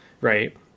right